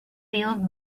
beyond